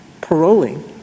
paroling